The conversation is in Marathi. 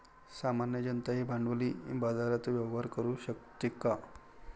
सामान्य जनताही भांडवली बाजारात व्यवहार करू शकते का?